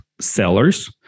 sellers